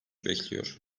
bekliyor